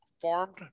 formed